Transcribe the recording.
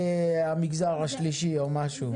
המגזר השלישי או משהו כזה.